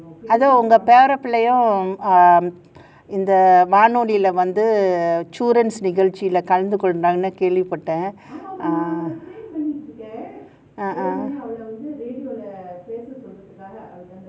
அதான் ஒங்க பேரப்பிள்ளையும் இந்த வானொலியில வந்து சூரன்ஸ் நிகழ்ச்சியில கலந்து கொல்லணும்னு கேள்விப்பட்டேன்